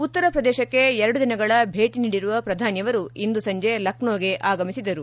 ಉತ್ತರ ಪ್ರದೇಶಕ್ಕೆ ಎರಡು ದಿನಗಳ ಭೇಟಿ ನೀಡಿರುವ ಪ್ರಧಾನಿಯವರು ಇಂದು ಸಂಜೆ ಲಕ್ನೋಗೆ ಆಗಮಿಸಿದರು